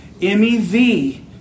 MEV